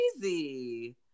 crazy